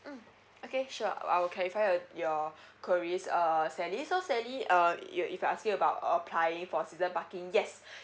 mm okay sure I'll clarify your your queries uh sally so sally uh you if I ask you about applying for season parking yes